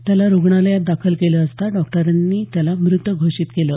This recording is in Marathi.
त्याला रुग्णालयात दाखल केलं असता डॉक्टरांनी त्याला मृत घोषीत केलं